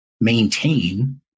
maintain